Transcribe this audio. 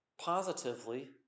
positively